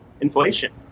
inflation